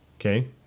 Okay